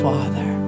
Father